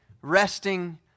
resting